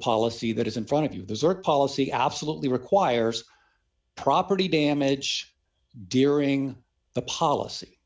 policy that is in front of you those are policy absolutely requires property damage during the policy